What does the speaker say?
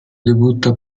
debutta